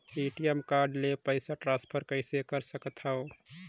ATM ले पईसा transfer कइसे कर सकथव?